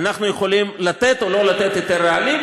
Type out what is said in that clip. אנחנו יכולים לתת או לא לתת היתר רעלים,